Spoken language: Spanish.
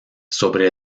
sobre